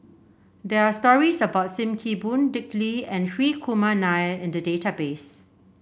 there are stories about Sim Kee Boon Dick Lee and Hri Kumar Nair in the database